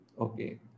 Okay